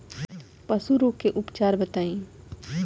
पशु रोग के उपचार बताई?